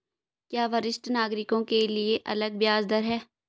क्या वरिष्ठ नागरिकों के लिए अलग ब्याज दर है?